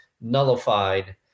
nullified